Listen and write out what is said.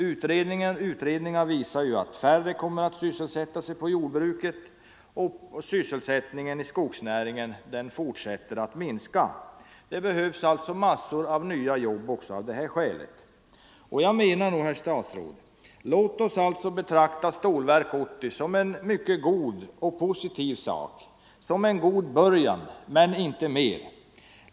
Utredningar visar att färre kommer att sysselsättas inom jordbruket, och sysselsättningen i skogsnäringen går också fortfarande ner. Det behövs alltså massor av nya jobb också av det skälet. Låt oss, herr statsråd, betrakta Stålverk 80 som en mycket god och positiv sak, som en god början, men inte mer!